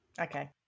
Okay